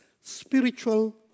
spiritual